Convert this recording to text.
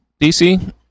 DC